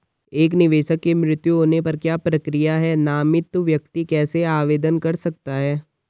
एक निवेशक के मृत्यु होने पर क्या प्रक्रिया है नामित व्यक्ति कैसे आवेदन कर सकता है?